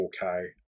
4K